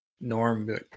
Norm